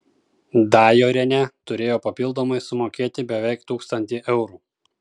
dajorienė turėjo papildomai sumokėti beveik tūkstantį eurų